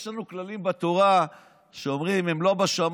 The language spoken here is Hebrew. יש לנו כללים בתורה שאומרים: הם לא בשמיים,